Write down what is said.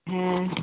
হ্যাঁ